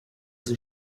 sie